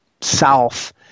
south